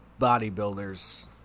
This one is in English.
bodybuilder's